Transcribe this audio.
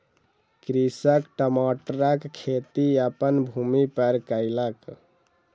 कृषक टमाटरक खेती अपन भूमि पर कयलक